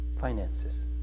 finances